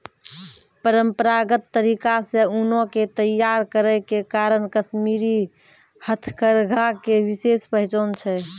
परंपरागत तरीका से ऊनो के तैय्यार करै के कारण कश्मीरी हथकरघा के विशेष पहचान छै